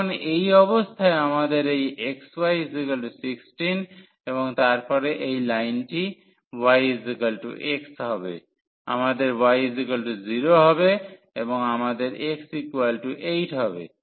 এখন এই অবস্থায় আমাদের এই xy16 এবং তারপরে এই লাইনটি yx হবে আমাদের y0 হবে এবং আমাদের x8 হবে